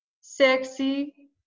sexy